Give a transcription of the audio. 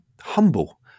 humble